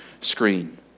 screen